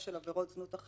העבירות האלה.